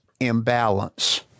imbalance